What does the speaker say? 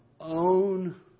own